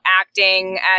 acting